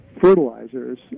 fertilizers